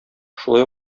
шулай